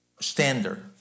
standard